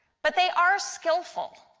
but they are skillful.